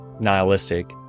nihilistic